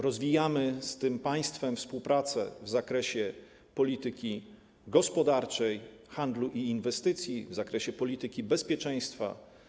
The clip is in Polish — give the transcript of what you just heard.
Rozwijamy z tym państwem współpracę w zakresie polityki gospodarczej, handlu i inwestycji oraz w zakresie polityki bezpieczeństwa.